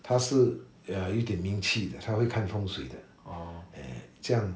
他是 ya 有点名气的他会看风水的:you dian ming qi de ta hui kan fengshui de eh 这样